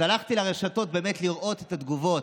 אז הלכתי לרשתות לראות את התגובות,